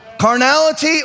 carnality